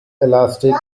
elastic